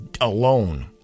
alone